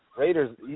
Raiders